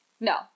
No